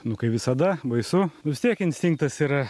nu kaip visada baisu vis tiek instinktas yra